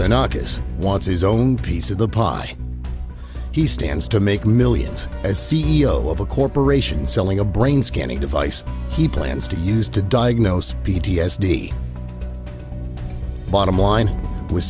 they're not as wants his own piece of the pie he stands to make millions as c e o of a corporation selling a brain scanning device he plans to use to diagnose p t s d bottom line with